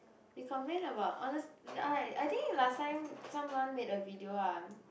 we complain about honest I I think last time some one made a video ah